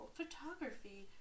Photography